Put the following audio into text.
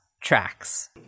tracks